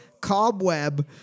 Cobweb